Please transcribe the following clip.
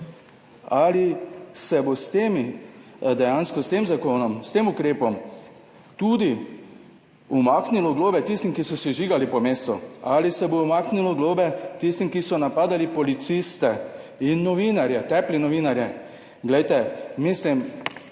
Ali se bo dejansko s tem zakonom, s tem ukrepom tudi umaknilo globe tistim, ki so sežigali po mestu? Ali se bo umaknilo globe tistim, ki so napadali policiste in novinarje, tepli novinarje? V vsaki